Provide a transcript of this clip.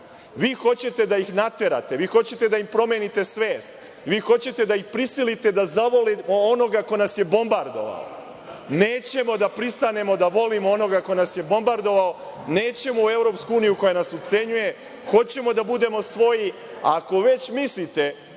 hoćete da ih naterate. Vi hoćete da im promenite svest. Vi hoćete da ih prisilite da zavole onoga ko nas je bombardovao. Nećemo da pristanemo da volimo onoga ko nas je bombardovao, nećemo u Evropsku uniju koja nas ucenjuje. Hoćemo da budemo svoji, a ako već mislite